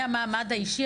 מהמעמד האישי,